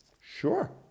sure